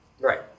Right